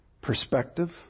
perspective